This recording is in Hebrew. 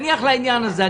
אבל נניח לעניין הזה.